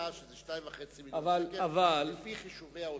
הוא אמר לך שזה 2.5 מיליארדי שקלים לפי חישובי האוצר.